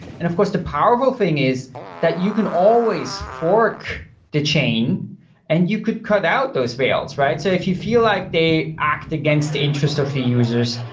and of course, the powerful thing is that you can always fork the chain and you could cut out those wales. so if you feel like they act against the interest of the users,